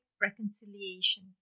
reconciliation